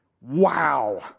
wow